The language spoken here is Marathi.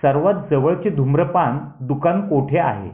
सर्वात जवळचे धूम्रपान दुकान कोठे आहे